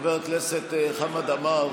חבר הכנסת חמד עמאר.